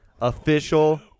Official